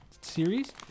series